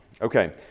Okay